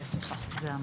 להתחיל?